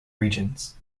regions